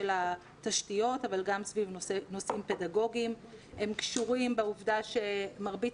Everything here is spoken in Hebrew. התשתיות אבל גם סביב נושאים פדגוגיים שקשורים בעובדה שמרבית